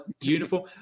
uniform